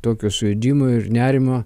tokio sujudimo ir nerimo